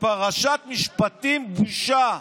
"פרשת משפטים, בושה".